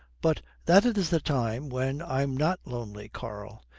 but that is the time when i'm not lonely, karl.